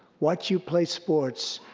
watch you play sports,